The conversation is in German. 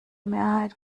mehrheit